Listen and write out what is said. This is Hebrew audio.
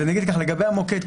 לגבי המוקד,